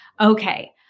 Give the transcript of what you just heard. Okay